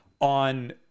on